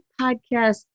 podcast